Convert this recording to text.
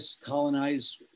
colonize